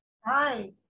Hi